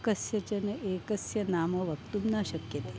कस्यचन एकस्य नाम वक्तुं न शक्यते